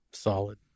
solid